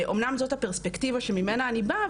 אומנם זו הפרספקטיבה שממנה אני באה,